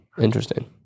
interesting